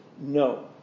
no